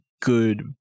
good